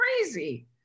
crazy